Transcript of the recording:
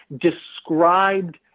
described